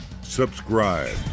subscribe